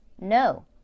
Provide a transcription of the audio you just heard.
No